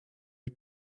you